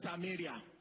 Samaria